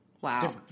Wow